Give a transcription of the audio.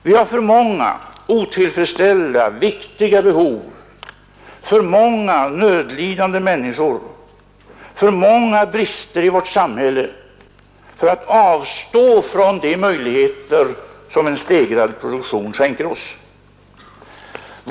Vi har för många otillfredsställda viktiga behov, för många nödlidande människor, för många brister i vårt samhälle för att avstå från de möjligheter som en stegrad produktion skänker oss.